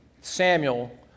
Samuel